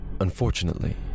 unfortunately